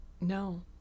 No